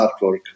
artwork